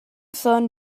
son